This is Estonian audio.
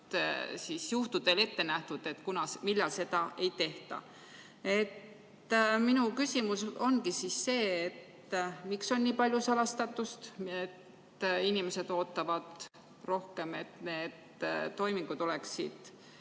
juhtudel ette nähtud, millal seda ei tehta. Minu küsimus ongi, miks on nii palju salastatust. Inimesed ootavad, et need toimingud oleksid